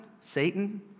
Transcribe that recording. Satan